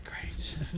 Great